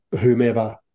whomever